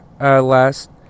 last